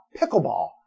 pickleball